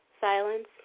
Silence